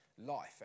life